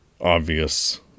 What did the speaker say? obvious